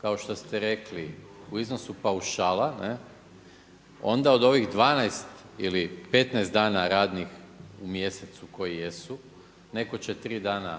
kao što ste rekli u iznosu paušala onda od ovih 12 ili 15 dana radnih u mjesecu koji jesu neko će tri dana